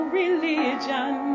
religion